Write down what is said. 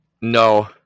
No